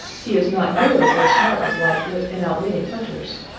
he is not nearly so smart as lightfoot in outwitting hunters.